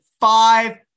five